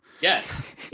Yes